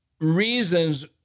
reasons